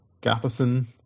Gatherson